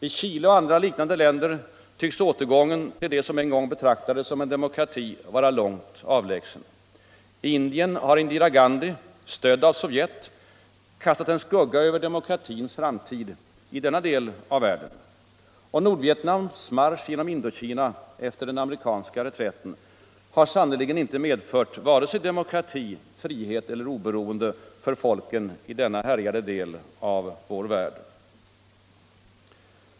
I Chile och andra liknande länder tycks återgången till det som en gång betraktades som en demokrati vara långt avlägsen. I Indien har Indira Gandhi, stödd av Sovjet, kastat en skugga över demokratins framtid i denna del av världen. Och Nordvietnams marsch genom Indokina efter den amerikanska reträtten har sannerligen inte medfört vare sig demokrati, frihet eller oberoende för folken i denna härjade del av vår värld.